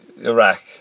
Iraq